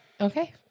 Okay